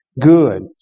good